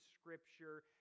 scripture